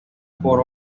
por